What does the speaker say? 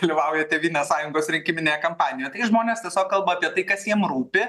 dalyvauja tėvynės sąjungos rinkiminėje kampanijoj tai žmonės tiesiog kalba apie tai kas jiem rūpi